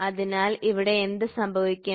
അതിനാൽ ഇവിടെ എന്ത് സംഭവിക്കും